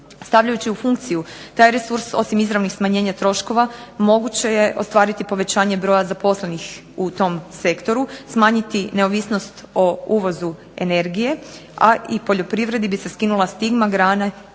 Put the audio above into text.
Stavljajući u funkciju taj resurs, osim izravnih smanjenja troškova, moguće je ostvariti povećanje broja zaposlenih u tom sektoru, smanjiti neovisnost o uvozu energije, a i poljoprivredi bi se skinula stigma grane koja